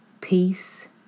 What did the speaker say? Peace